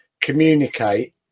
communicate